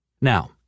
Now